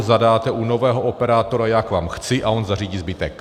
Zadáte u nového operátora já k vám chci a on zařídí zbytek.